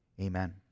amen